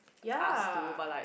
ya